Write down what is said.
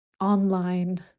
online